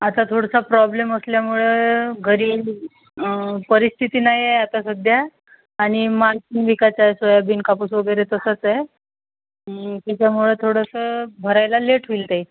आता थोडासा प्रॉब्लेम असल्यामुळे घरी परिस्थिती नाही आहे आता सध्या आणि माल विकायचा आहे सोयाबीन कापूस वगैरे तसंच आहे त्याच्यामुळे थोडंसं भरायला लेट होईल ताई